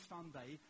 Sunday